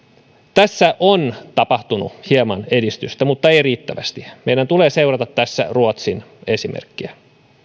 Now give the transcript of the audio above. tässä on tapahtunut hieman edistystä mutta ei riittävästi meidän tulee seurata tässä ruotsin esimerkkiä